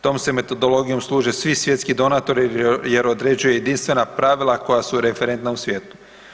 Tom se metodologijom služe svi svjetski donatori jer određuje jedinstvena pravila koja su referentna u svijetu.